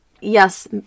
yes